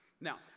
Now